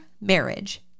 marriage